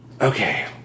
okay